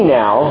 now